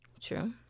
True